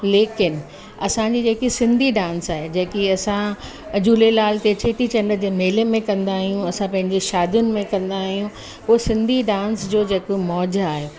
लेकिन असांजी जेकी सिंधी डांस आहे जेकी असां झूलेलाल खे चेटीचंड जे मेले में कंदा आहियूं असां पंहिंजूं शादियुनि में कंदा आहियूं उहो सिंधी डांस जो जेको मौज आहे